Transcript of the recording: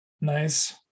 Nice